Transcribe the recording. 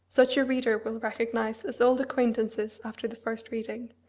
such a reader will recognise as old acquaintances after the first reading,